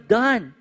done